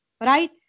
right